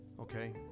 Okay